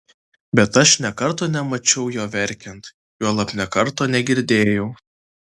bet aš nė karto nemačiau jo verkiant juolab nė karto negirdėjau